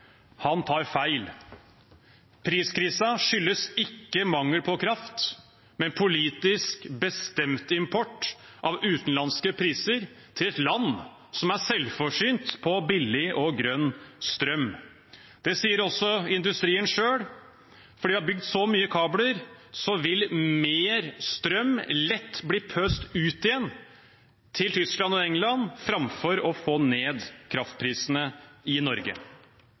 Han tar feil. Priskrisen skyldes ikke mangel på kraft, men politisk bestemt import av utenlandske priser til et land som er selvforsynt på billig og grønn strøm. Det sier også industrien selv. Fordi vi har bygd så mye kabler, vil mer strøm lett bli pøst ut igjen til Tyskland og England framfor å få ned kraftprisene i Norge.